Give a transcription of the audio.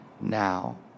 now